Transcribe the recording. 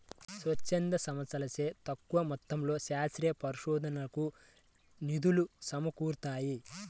స్వచ్ఛంద సంస్థలచే తక్కువ మొత్తంలో శాస్త్రీయ పరిశోధనకు నిధులు సమకూరుతాయి